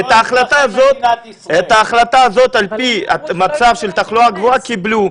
את ההחלטה הזאת על פי המצב של התחלואה הגבוהה קיבלו,